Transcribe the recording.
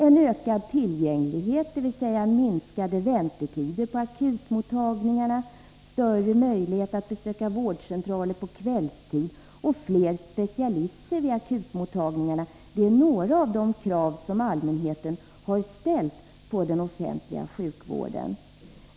En ökad tillgänglighet, dvs. minskade väntetider på akutmottagningarna, större möjlighet att besöka vårdcentraler på kvällstid och fler specialister vid akutmottagningarna är några av de krav som allmänheten har ställt på den offentliga sjukvården.